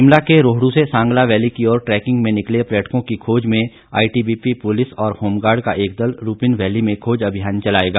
शिमला के रोहडू से सांगला वैली की ओर ट्रैकिंग में निकले पर्यटकों की खोज में आई टीबीपी पुलिस और होमगार्ड का एक दल रूपिन वैली में खोज अभियान चलायेगा